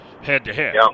head-to-head